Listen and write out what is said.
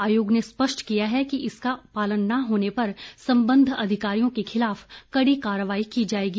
आयोग ने स्पष्ट किया है कि इसका पालन न होने पर संबद्ध अधिकारियों के खिलाफ कड़ी कार्रवाई की जाएगी